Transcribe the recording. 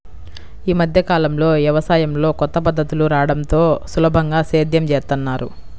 యీ మద్దె కాలంలో యవసాయంలో కొత్త కొత్త పద్ధతులు రాడంతో సులభంగా సేద్యం జేత్తన్నారు